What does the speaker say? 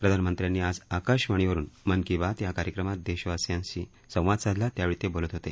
प्रधानमंत्र्यांनी आज आकाशवाणीवरून मन की बात या कार्यक्रमात देशवासीयांशी संवाद साधला त्यावेळी ते बोलत होते